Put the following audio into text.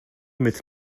mit